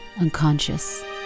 unconscious